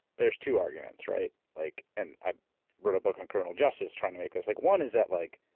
there's two arguments, right? like, and i wrote a book on criminal justice trying to make this. like one is that like,